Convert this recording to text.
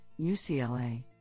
UCLA